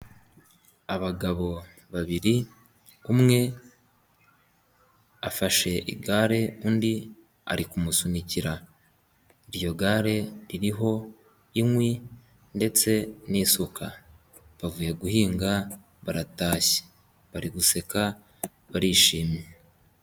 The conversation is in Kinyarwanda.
Abagabo babiri, umwe afashe igare, undi ari kumusunikira, iryo gare ririho inkwi ndetse n'isuka, bavuye guhinga baratashye, bari guseka barishimye.